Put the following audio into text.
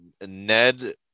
Ned